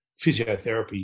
physiotherapy